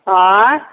आँय